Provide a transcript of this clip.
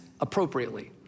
appropriately